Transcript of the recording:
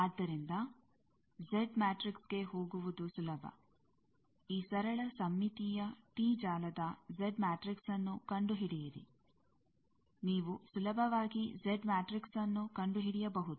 ಆದ್ದರಿಂದ ಜೆಡ್ ಮ್ಯಾಟ್ರಿಕ್ಸ್ಗೆ ಹೋಗುವುದು ಸುಲಭ ಈ ಸರಳ ಸಮ್ಮಿತೀಯ ಟಿ ಜಾಲದ ಜೆಡ್ ಮ್ಯಾಟ್ರಿಕ್ಸ್ನ್ನು ಕಂಡುಹಿಡಿಯಿರಿ ನೀವು ಸುಲಭವಾಗಿ ಜೆಡ್ ಮ್ಯಾಟ್ರಿಕ್ಸ್ನ್ನು ಕಂಡುಹಿಡಿಯಬಹುದು